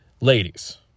Ladies